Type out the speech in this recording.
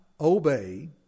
obey